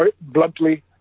bluntly